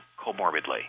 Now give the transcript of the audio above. comorbidly